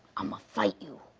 i'mma fight you.